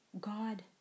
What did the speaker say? God